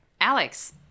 Alex